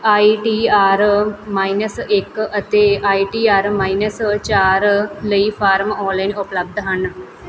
ਆਈ T R minus ਇੱਕ ਅਤੇ I T R minus ਚਾਰ ਲਈ ਫਾਰਮ ਆਨਲਾਈਨ ਉਪਲਬਧ ਹਨ